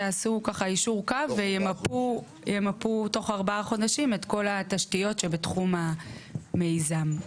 יעשו יישור קו וימפו תוך 4 חודשים על כל התשתיות שבתחום המיזם.